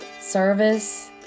service